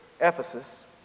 Ephesus